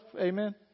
Amen